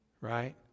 Right